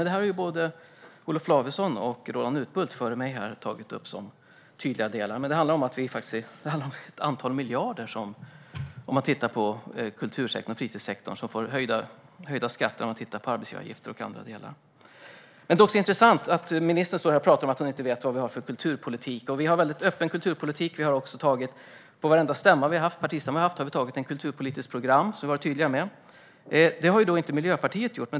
Det har både Olov Lavesson och Roland Utbult före mig tagit upp som tydliga delar. Det handlar om att ett antal miljarder om man tittar på kultursektorn och fritidssektorn i höjda skatter i arbetsgivaravgifter och andra delar. Det är intressant att ministern står här och talar om att hon inte vet vad vi har för kulturpolitik. Vi har en väldigt öppen kulturpolitik. På varje partistämma vi har haft har vi antagit ett kulturpolitiskt program som vi har varit tydliga med. Det har inte Miljöpartiet gjort.